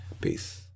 Peace